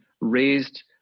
raised